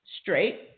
straight